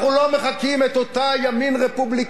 אנחנו לא מחקים את אותו ימין רפובליקני